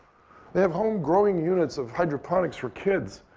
they have home-growing units of hydroponics for kids.